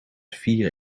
vier